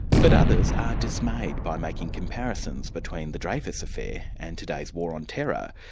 but others are dismayed by making comparisons between the dreyfus affair and today's war on terror,